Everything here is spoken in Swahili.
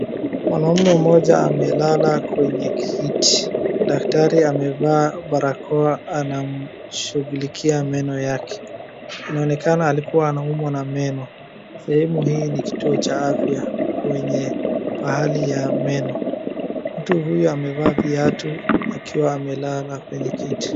Mwanaume mmoja amelala kwenye kiti, daktari amevaa barakoa anamshughulikia meno yake. Inaonekana alikuwa anaumwa na meno, sehemu hii ni kituo cha afya kwenye pahali ya meno. Mtu huyu amevaa viatu akiwa amelala kwenye kiti.